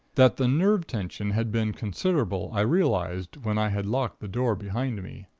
that the nerve tension had been considerable, i realized, when i had locked the door behind me.